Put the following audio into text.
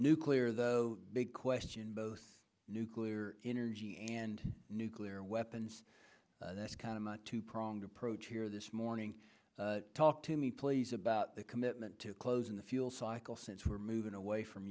nuclear the big question both nuclear energy and nuclear weapons that's kind of a two pronged approach here this morning talk to me please about the commitment to closing the fuel cycle since we're moving away from